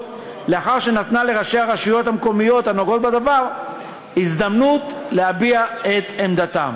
לאחר שנתנה לראשי הרשויות המקומיות הנוגעות בדבר הזדמנות להביע את עמדתם.